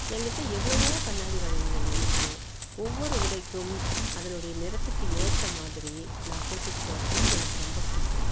என் கிட்டே எவ்வளோவோ கண்ணாடி வளையல்கள் இருக்குது ஒவ்வொரு உடைக்கும் அதனுடைய நிறத்துக்கு ஏற்ற மாதிரி நான் போட்டுகிட்டு போவது தான் எனக்கு ரொம்ப பிடிக்கும்